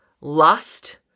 lust